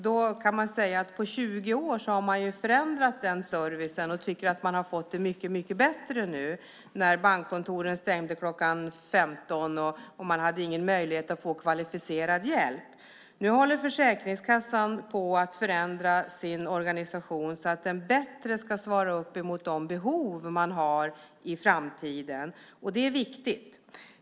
Då kan man säga att på 20 år har man förändrat den servicen och tycker att man har fått det mycket bättre nu jämfört med när bankkontoren stängde kl. 15 och man inte hade någon möjlighet att få kvalificerad hjälp. Nu håller Försäkringskassan på att förändra sin organisation så att den bättre ska svara upp mot de behov man har i framtiden, och det är viktigt.